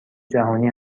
جهانی